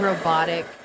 Robotic